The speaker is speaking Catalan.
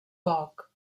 poc